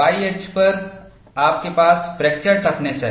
Y अक्ष पर आपके पास फ्रैक्चर टफनेस है